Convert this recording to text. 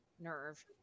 nerve